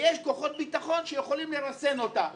ויש כוחות ביטחון שיכולים לרסן אותה.